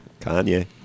Kanye